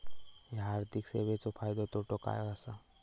हया आर्थिक सेवेंचो फायदो तोटो काय आसा?